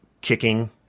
kicking